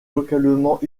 localement